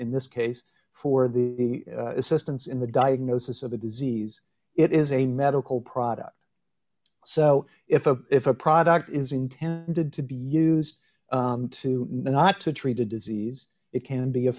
in this case for the assistance in the diagnosis of the disease it is a medical product so if a if a product is intended to be used to not to treat a disease it can be a